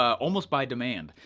almost by demand,